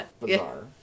Bizarre